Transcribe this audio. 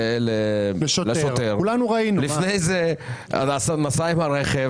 לפני זה הוא נסע עם הרכב,